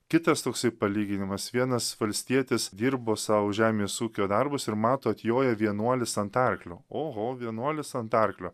kitas toksai palyginimas vienas valstietis dirbo sau žemės ūkio darbus ir mato atjoja vienuolis ant arklio oho vienuolis ant arklio